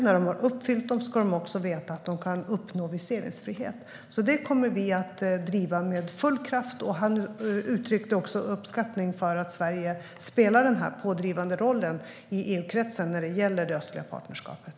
När de har uppfyllt dem ska de också veta att de kan uppnå viseringsfrihet. Detta kommer vi att driva med full kraft, och den georgiske utrikesministern uttryckte också uppskattning för att Sverige spelar den här pådrivande rollen i EU-kretsen när det gäller det östliga partnerskapet.